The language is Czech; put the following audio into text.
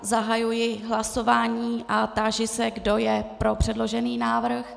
Zahajuji hlasování a táži se, kdo je pro předložený návrh.